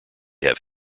have